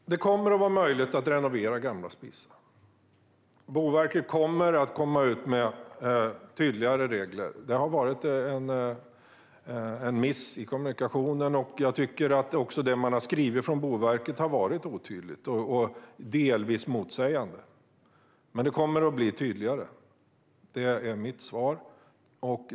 Fru talman! Det kommer att vara möjligt att renovera gamla spisar. Boverket kommer att komma ut med tydligare regler. Det har varit en miss i kommunikationen, och jag tycker att det Boverket har skrivit har varit otydligt och delvis motsägande. Men det kommer att bli tydligare. Det är mitt svar.